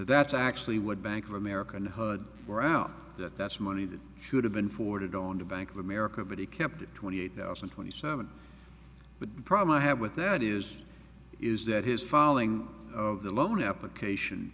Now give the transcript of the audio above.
that's actually what bank of america and hud for out that that's money that should have been forwarded on to bank of america but he kept twenty eight thousand and twenty seven but the problem i have with that is is that his following of the loan application